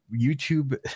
YouTube